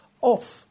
off